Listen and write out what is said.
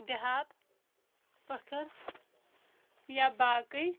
دِہات پٔتھٕر یا باقٕے